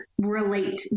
relate